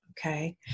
Okay